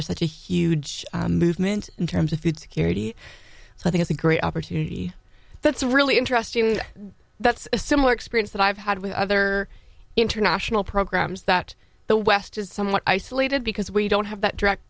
there's such a huge movement in terms of food security so i think it's a great opportunity that's really interesting that's a similar experience that i've had with other international programs that the west is somewhat isolated because we don't have that direct